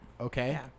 Okay